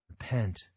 Repent